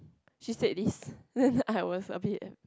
she said this and I was a bit